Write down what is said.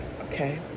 Okay